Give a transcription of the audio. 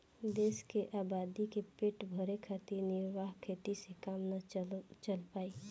देश के आबादी क पेट भरे खातिर निर्वाह खेती से काम ना चल पाई